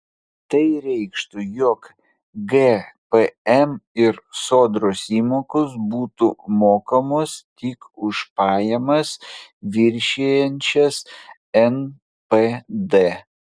tai reikštų jog gpm ir sodros įmokos būtų mokamos tik už pajamas viršijančias npd